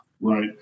Right